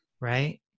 right